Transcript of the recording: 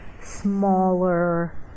smaller